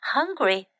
Hungry